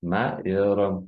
na ir